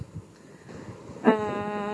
err ya I think so